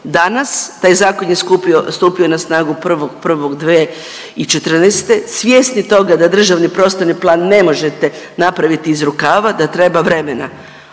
Danas taj zakon je stupio na snagu 1.1.2014. Svjesni toga da državni prostorni plan ne možete napraviti iz rukava, da treba vremena,